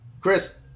Chris